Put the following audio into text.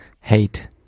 Hate